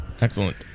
excellent